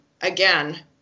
again